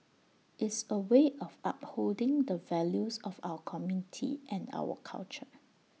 is A way of upholding the values of our community and our culture